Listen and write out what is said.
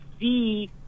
see